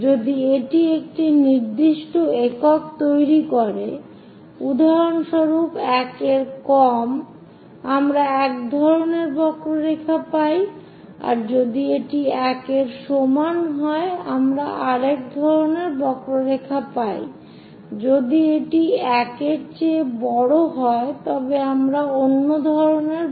যদি এটি একটি নির্দিষ্ট একক তৈরি করে উদাহরণস্বরূপ 1 এর কম আমরা এক ধরনের বক্ররেখা পাই যদি এটি 1 এর সমান হয় আমরা আর এক ধরনের বক্ররেখা পাই যদি এটি 1 এর চেয়ে বড় হয় তবে আমরা অন্য ধরনের বক্ররেখা পাই